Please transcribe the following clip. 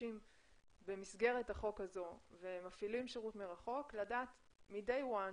שמשתמשים במסגרת החוק הזה ומפעילים שירות מרחוק לדעת מהיום